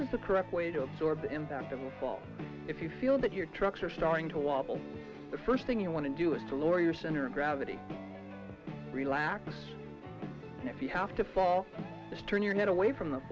is the correct way to absorb the impact of the fall if you feel that your trucks are starting to wobble the first thing you want to do is to lower your center of gravity relax and if you have to fall just turn your head away from the